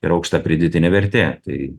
ir aukšta pridėtinė vertė tai